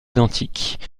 identiques